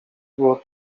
było